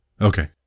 Okay